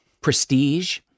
prestige